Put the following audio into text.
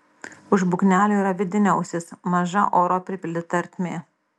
už būgnelio yra vidinė ausis maža oro pripildyta ertmė